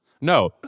No